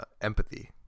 empathy